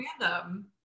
random